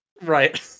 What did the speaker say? Right